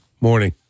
Morning